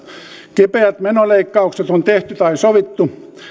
kipeät menoleikkaukset on tehty tai sovittu